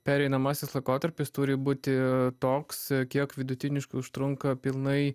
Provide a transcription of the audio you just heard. pereinamasis laikotarpis turi būti toks kiek vidutiniškai užtrunka pilnai